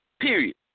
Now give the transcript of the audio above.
Period